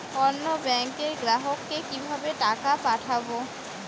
অন্য ব্যাংকের গ্রাহককে কিভাবে টাকা পাঠাবো?